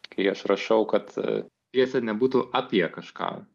kai aš rašau kad pjesė nebūtų apie kažką